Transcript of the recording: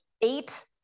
eight